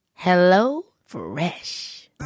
HelloFresh